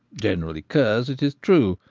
generally curs, it is true,